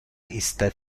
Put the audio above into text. iste